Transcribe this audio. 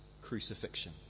crucifixion